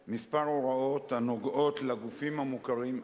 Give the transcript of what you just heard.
כמה הוראות הקשורות לגופים המוכרים,